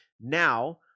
Now